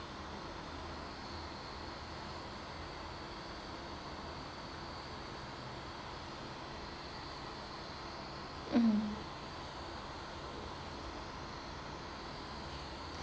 um